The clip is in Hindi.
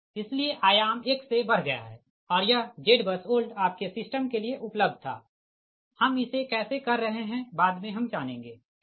इसलिए आयाम एक से बढ़ गया है और यह ZBUSOLD आपके सिस्टम के लिए उपलब्ध था हम इसे कैसे कर रहे है बाद मे हम जानेंगे ठीक